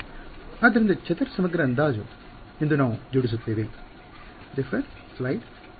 ವಿದ್ಯಾರ್ಥಿ ಆದ್ದರಿಂದ ಚದರ ಸಮಗ್ರ ಅಂದಾಜು ಎಂದು ನಾವು ಜೋಡಿಸುತ್ತೇವೆ ಸಮಯ ನೋಡಿ 0655 ಹೌದು